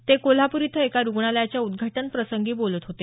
ते कोल्हापूर इथं एका रुग्णालयाच्या उद्घाटन प्रसंगी बोलत होते